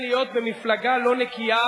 המצטט הלאומי.